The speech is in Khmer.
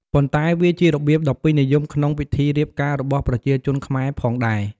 ប៉ុន្តែវាជារបៀបដ៏ពេញនិយមក្នុងពិធីរៀបការរបស់ប្រជាជនខ្មែរផងដែរ។